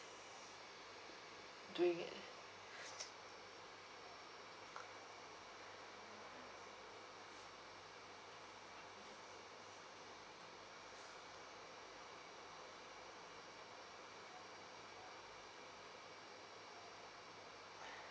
doing it